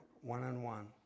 one-on-one